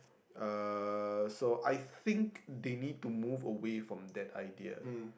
uh so I think they need to move away from that idea